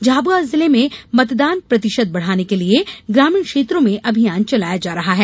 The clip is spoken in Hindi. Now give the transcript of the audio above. झाबुआ जिले में मतदान प्रतिशत बढ़ाने के लिए ग्रामीण क्षेत्रों में अभियान चलाया जा रहा है